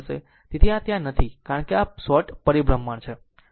તેથી આ ત્યાં નથી કારણ કે તે શોર્ટ પરિભ્રમણ છે